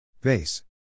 Base